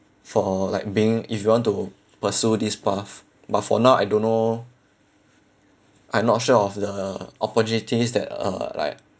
for like being if you want to pursue this path but for now I don't know I'm not sure of the opportunities that uh like